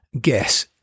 guess